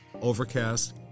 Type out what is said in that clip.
Overcast